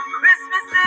Christmas